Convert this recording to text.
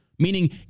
meaning